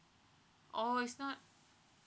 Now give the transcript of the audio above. oh is not